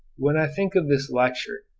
when i think of this lecture,